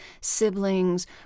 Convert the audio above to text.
siblings